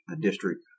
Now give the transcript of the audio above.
district